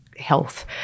Health